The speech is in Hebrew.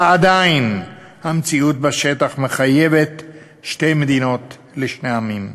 ועדיין המציאות בשטח מחייבת שתי מדינות לשני עמים.